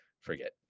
forget